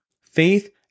Faith